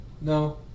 No